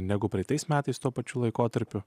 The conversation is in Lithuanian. negu praeitais metais tuo pačiu laikotarpiu